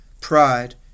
pride